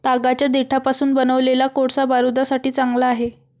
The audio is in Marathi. तागाच्या देठापासून बनवलेला कोळसा बारूदासाठी चांगला आहे